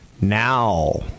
Now